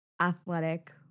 athletic